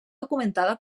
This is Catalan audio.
documentada